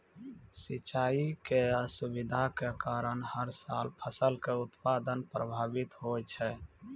सिंचाई के असुविधा के कारण हर साल फसल के उत्पादन प्रभावित होय छै